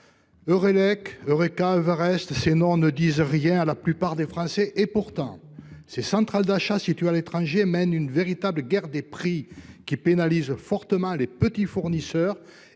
Eurelec, Eureca, Everest : ces noms ne disent rien à la plupart des Français ; pourtant, ces centrales d’achat situées à l’étranger mènent une véritable guerre des prix qui pénalise fortement les petits fournisseurs